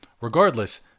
Regardless